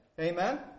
Amen